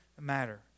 matter